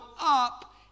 up